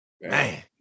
Man